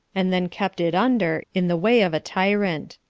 and then kept it under, in the way of a tyrant.